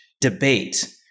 debate